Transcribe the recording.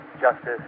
justice